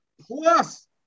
Plus